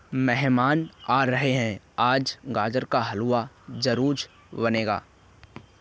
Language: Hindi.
मेहमान आ रहे है, आज गाजर का हलवा जरूर बनेगा